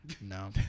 No